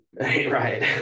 Right